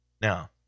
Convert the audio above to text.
Now